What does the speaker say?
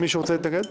מישהו רוצה להתנגד?